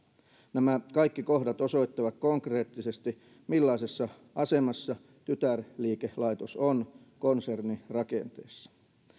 nämä kaikki kohdat osoittavat konkreettisesti millaisessa asemassa tytärliikelaitos on konsernirakenteessa